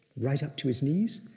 right up to his knees,